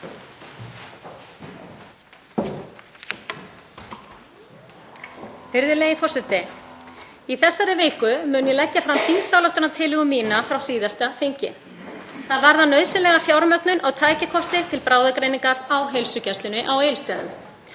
Virðulegi forseti. Í þessari viku mun ég leggja fram þingsályktunartillögu mína frá síðasta þingi. Hún varðar nauðsynlega fjármögnun á tækjakosti til bráðagreiningar á heilsugæslunni á Egilsstöðum.